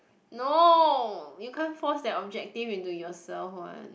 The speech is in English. no you can't force that objective into yourself one